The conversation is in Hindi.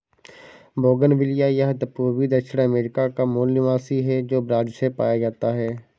बोगनविलिया यह पूर्वी दक्षिण अमेरिका का मूल निवासी है, जो ब्राज़ से पाया जाता है